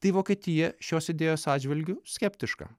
tai vokietija šios idėjos atžvilgiu skeptiška